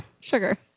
sugar